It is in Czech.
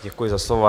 Děkuji za slovo.